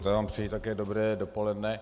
Já vám přeji také dobré dopoledne.